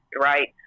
right